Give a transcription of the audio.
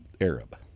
Arab